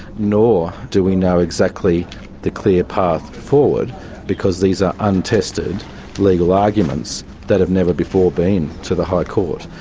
nor do we know exactly the clear path forward because these are untested legal arguments that have never before been to the high court.